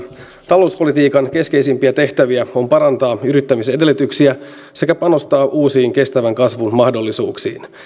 talouspolitiikan keskeisimpiä tehtäviä on parantaa yrittämisedellytyksiä sekä panostaa uusiin kestävän kasvun mahdollisuuksiin